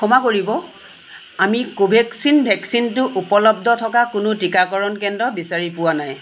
ক্ষমা কৰিব আমি কোভেক্সিন ভেকচিনটো উপলব্ধ থকা কোনো টিকাকৰণ কেন্দ্ৰ বিচাৰি পোৱা নাই